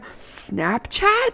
Snapchat